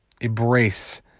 Embrace